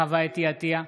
עטייה,